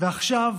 ועכשיו